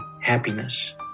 happiness